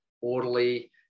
orderly